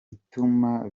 bituma